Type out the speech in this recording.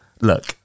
look